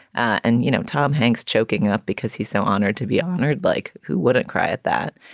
and, you know, tom hanks choking up because he's so honored to be honored like who wouldn't cry at that?